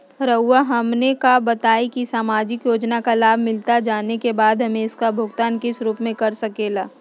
रहुआ हमने का बताएं की समाजिक योजना का लाभ मिलता जाने के बाद हमें इसका भुगतान किस रूप में कर सके ला?